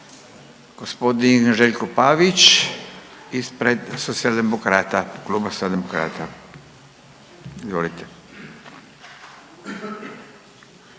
Gospodin Željko Pavić ispred kluba Socijaldemokrata. Izvolite.